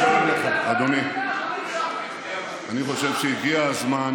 אדוני, אני חושב שהגיע הזמן